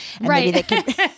right